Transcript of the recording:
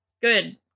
Good